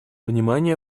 внимания